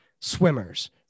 swimmers